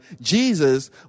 Jesus